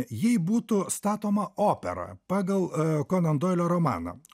jei būtų statoma opera pagal konondoilio romaną